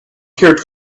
here